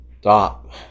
stop